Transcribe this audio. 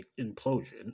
implosion